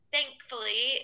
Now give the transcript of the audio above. Thankfully